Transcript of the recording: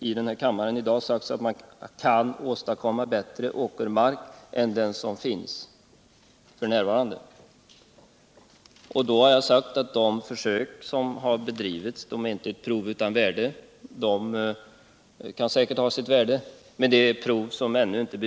i denna kammare i dag sagts att man kan åstadkomma bättre åkermark än den som finns f.n. Då har jag sagt att de försök som har bedrivits inte är prov utan värde, men det är prov som ännu inte bevisar någonting, och provytorna är inte upplagda på skifferrest. I lokaliseringsansökan hade det ändå framhållits att det var så man skulle gå till väga — att man skulle ligga ut ytorna på skifferrest.